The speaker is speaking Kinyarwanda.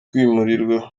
kwimurirwa